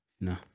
No